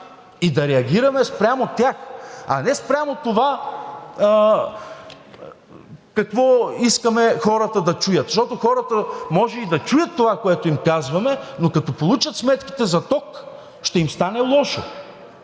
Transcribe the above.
и да реагираме спрямо тях, а не спрямо това какво искаме хората да чуят. Защото хората може и да чуят това, което им казваме, но като получат сметките за ток, ще им стане лошо.